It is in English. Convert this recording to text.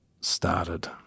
started